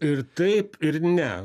ir taip ir ne